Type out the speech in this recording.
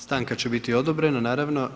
Stanka će biti odobrena naravno.